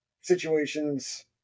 situations